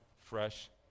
fresh